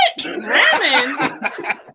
ramen